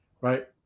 right